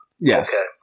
Yes